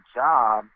job